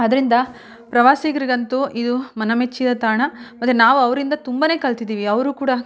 ಅದರಿಂದ ಪ್ರವಾಸಿಗರಿಗಂತೂ ಇದು ಮನ ಮೆಚ್ಚಿದ ತಾಣ ಮತ್ತೆ ನಾವು ಅವರಿಂದ ತುಂಬನೇ ಕಲ್ತಿದ್ದೀವಿ ಅವರು ಕೂಡ